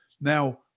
Now